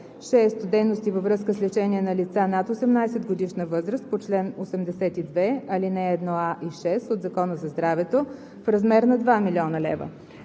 6. дейности във връзка с лечение на лица над 18-годишна възраст по чл. 82, ал. 1а и 6 от Закона за здравето в размер на 2 млн. лв.